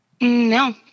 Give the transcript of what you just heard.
No